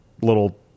little